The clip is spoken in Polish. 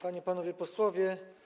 Panie i Panowie Posłowie!